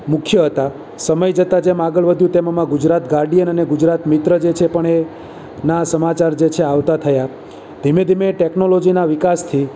મુખ્ય હતાં સમય જતાં જેમ આગળ વધ્યું તેમ એમાં ગુજરાત ગાર્ડિયન અને ગુજરાત મિત્ર જે છે એ પણ એ ના સમાચાર જે છે આવતા થયાં ધીમે ધીમે ટેકનોલોજીના વિકાસથી